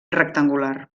rectangular